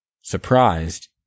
surprised